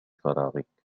فراغك